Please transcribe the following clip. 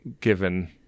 given